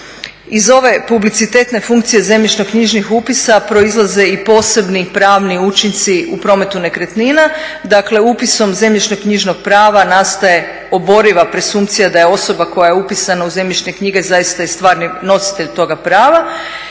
Iz ove publicitetne funkcije zemljišno-knjižnih upisa proizlaze i posebni pravni učinci u prometu nekretnina. Dakle upisom zemljišno-knjižnog prava nastaje oboriva presumpcija da je osoba koja je upisana u zemljišne knjige zaista i stvarni nositelj toga prava.